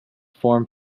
form